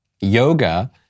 Yoga